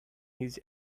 his